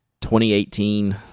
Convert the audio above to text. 2018